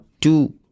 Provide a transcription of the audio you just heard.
two